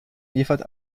liefert